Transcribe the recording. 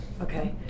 Okay